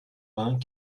vingt